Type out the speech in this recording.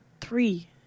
three